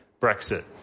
Brexit